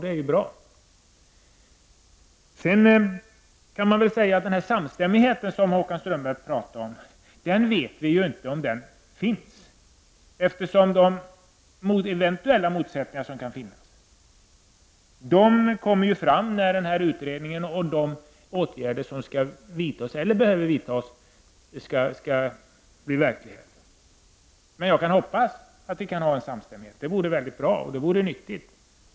Det är bra. Vi vet inte om den samstämmighet som Håkan Strömberg talar om finns, eftersom de eventuella motsättningar som kan finnas kommer fram när de åtgärder som utredningen visar behöver vidtas skall bli verklighet. Jag kan hoppas att vi skall ha en samstämmighet, det vore mycket bra. Det vore nyttigt.